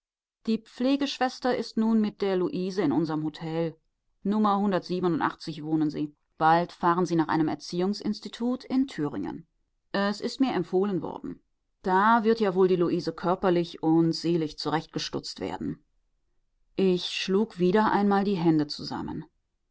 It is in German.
die pflegeschwester ist nun mit der luise in unserem hotel n wohnen sie bald fahren sie nach einem erziehungsinstitut in thüringen es ist mir empfohlen worden da wird ja wohl die luise körperlich und seelisch zurechtgestutzt werden ich schlug wieder einmal die hände zusammen